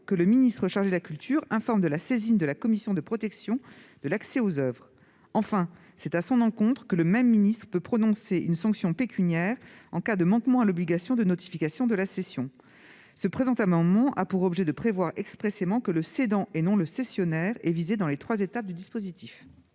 que le ministre chargé de la culture informe de la saisine de la commission de protection de l'accès aux oeuvres. Enfin, c'est à son encontre que le même ministre peut prononcer une sanction pécuniaire en cas de manquement à l'obligation de notification de la cession. Le présent amendement a pour objet de prévoir expressément que le cédant et non le cessionnaire est visé dans ces trois étapes du dispositif.